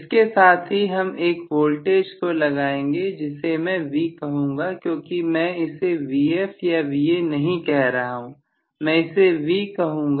इसके साथ ही हम 1 वोल्टेज को लगाएंगे जिसे मैं V कहूंगा क्योंकि मैं इसे Vf या Va नहीं कह सकता मैं इसे V कहूंगा